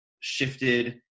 shifted